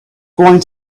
going